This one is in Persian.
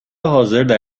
حاضردر